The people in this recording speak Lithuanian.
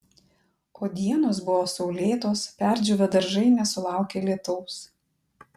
o dienos buvo saulėtos perdžiūvę daržai nesulaukė lietaus